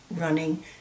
running